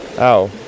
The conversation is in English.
Ow